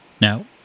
Now